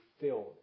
filled